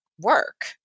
work